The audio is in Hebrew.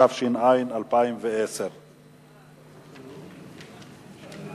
התש"ע 2010. סעיפים